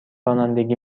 رانندگی